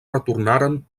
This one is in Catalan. retornaren